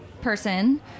person